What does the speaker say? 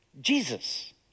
Jesus